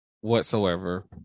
whatsoever